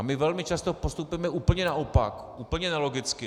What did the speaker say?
My velmi často postupujeme úplně naopak, úplně nelogicky.